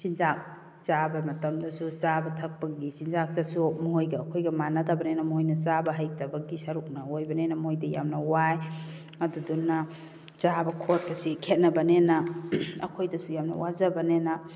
ꯆꯤꯟꯖꯥꯛ ꯆꯥꯕ ꯃꯇꯝꯗꯁꯨ ꯆꯥꯕ ꯊꯛꯄꯒꯤ ꯆꯤꯟꯖꯥꯛꯇꯁꯨ ꯃꯣꯏꯒ ꯑꯩꯈꯣꯏꯒ ꯃꯥꯟꯅꯗꯕꯅꯤꯅ ꯃꯣꯏꯅ ꯆꯥꯕ ꯍꯩꯇꯕꯒꯤ ꯁꯔꯨꯛꯅ ꯑꯣꯏꯕꯅꯤꯅ ꯃꯣꯏꯗ ꯌꯥꯝꯅ ꯋꯥꯏ ꯑꯗꯨꯗꯨꯅ ꯆꯥꯕ ꯈꯣꯠꯄꯁꯤ ꯈꯦꯠꯅꯕꯅꯤꯅ ꯑꯩꯈꯣꯏꯗꯁꯨ ꯌꯥꯝꯅ ꯋꯥꯖꯕꯅꯤꯅ